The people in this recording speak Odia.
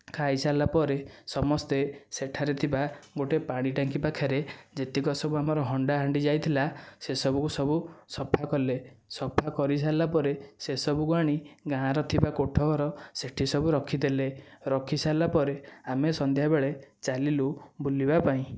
ଖାଇ ସରିଲା ପରେ ସମସ୍ତେ ସେଠାରେ ଥିବା ଗୋଟିଏ ପାଣି ଟାଙ୍କି ପାଖରେ ଯେତିକି ସବୁ ଆମର ହଣ୍ଡା ହାଣ୍ଡି ଯାଇଥିଲା ସେ ସବୁକୁ ସବୁ ସଫା କଲେ ସଫା କରିସାରିବା ପରେ ସେ ସବୁକୁ ଆଣି ଗାଁର ଥିବା କୋଠ ଘର ସେହିଠି ସବୁ ରଖିଦେଲେ ରଖିସାରିଲା ପରେ ଆମେ ସନ୍ଧ୍ୟା ବେଳେ ଚାଲିଲୁ ବୁଲିବା ପାଇଁ